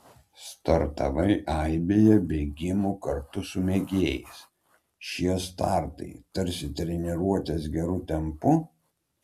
startavai aibėje bėgimų kartu su mėgėjais šie startai tarsi treniruotės geru tempu